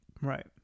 Right